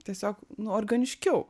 tiesiog nu organiškiau